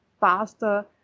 faster